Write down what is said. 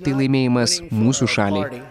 tai laimėjimas mūsų šaliai